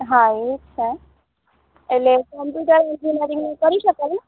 હા એ જ છે એટલે કોમ્પ્યુટર ઍન્જીનિયરિંગનું કરી શકાય ને